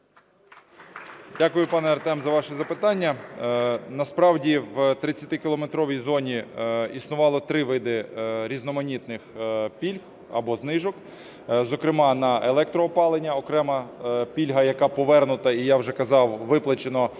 Дякую, пане Артеме, за ваше запитання. Насправді в 30-кілометровій зоні існувало три види різноманітних пільг або знижок. Зокрема, на електроопалення окрема пільга, яка повернута, і, я вже казав, виплачено